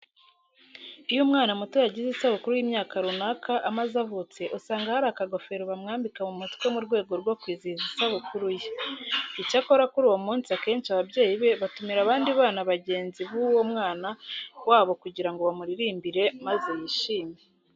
Iyo umwana muto yagize isabukuru y'imyaka runaka amaze avutse usanga hari akagofero bamwambika mu mutwe mu rwego rwo kwizihiza iyo sabukuru ye. Icyakora kuri uwo munsi akenshi ababyeyi be batumira abandi bana bagenzi b'uwo mwana wabo kugira ngo bamuririmbire maze yishime.